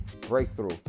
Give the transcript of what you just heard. Breakthrough